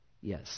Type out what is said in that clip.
Yes